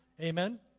amen